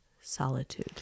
solitude